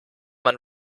man